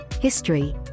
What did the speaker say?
history